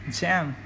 jam